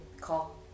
call